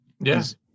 Yes